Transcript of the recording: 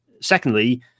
secondly